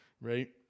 right